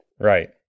Right